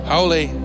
Holy